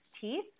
teeth